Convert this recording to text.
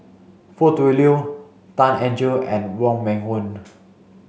Foo Tui Liew Tan Eng Joo and Wong Meng Voon